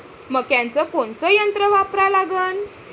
मक्याचं कोनचं यंत्र वापरा लागन?